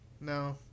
No